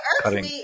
cutting